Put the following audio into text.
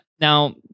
now